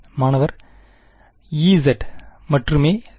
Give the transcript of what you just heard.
மாணவர் Ez மட்டுமே சரி